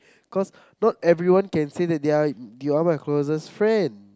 cause not everyone can say that you are my closest friend